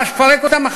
ממש לפרק אותן,